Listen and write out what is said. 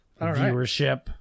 viewership